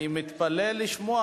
אנחנו ממשיכים בסדר-היום,